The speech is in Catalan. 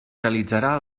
realitzarà